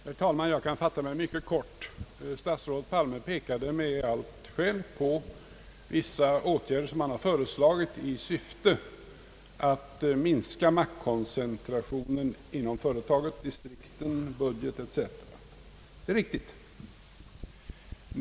Herr talman! Jag kan fatta mig mycket kort. Statsrådet Palme pekade med allt skäl på vissa åtgärder han har föreslagit i syfte att minska maktkoncentrationen inom företaget: distrikten, budgeten etc. Det är riktigt.